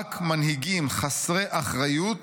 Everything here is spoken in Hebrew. רק מנהיגים חסרי אחריות